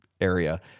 area